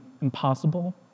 impossible